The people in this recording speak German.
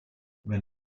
wenn